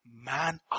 Man